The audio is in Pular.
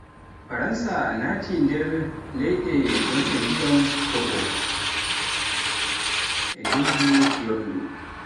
Faransa naati nder leyde gonɗe ngdiyam toɓo ɗan e ndunngu yoorngu